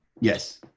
Yes